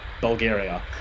bulgaria